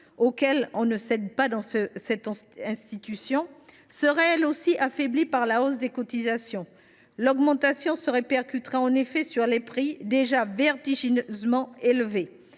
que l’on ne cède pas au Sénat, serait, elle aussi, affaiblie par la hausse des cotisations. L’augmentation se répercuterait en effet sur les prix, déjà vertigineusement élevés.